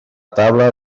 taula